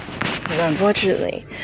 unfortunately